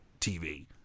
TV